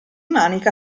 manica